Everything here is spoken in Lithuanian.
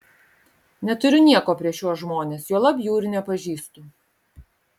neturiu nieko prieš šiuos žmones juolab jų ir nepažįstu